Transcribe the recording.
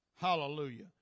Hallelujah